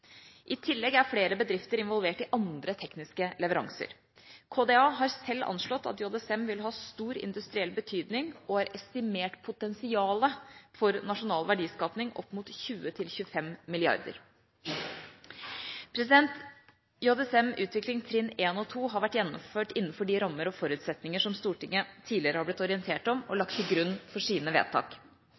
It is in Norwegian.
I tillegg er flere bedrifter involvert i andre tekniske leveranser. KDA har selv anslått at JSM vil ha stor industriell betydning, og har estimert potensialet for nasjonal verdiskapning opp mot 20–25 mrd. kr. JSM-utvikling trinn 1 og 2 har vært gjennomført innenfor de rammer og forutsetninger som Stortinget tidligere har blitt orientert om og har lagt til grunn for sine vedtak.